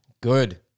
Good